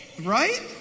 Right